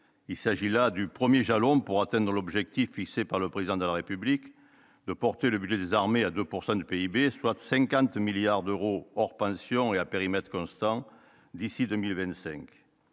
il s'agit là du 1er jalon pour Athènes dans l'objectif fixé par le président de la République de porter le budget des armées à 2 pourcent du PIB, soit 50 milliards d'euros hors pensions et à périmètre constant, d'ici 2000